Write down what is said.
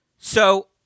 So-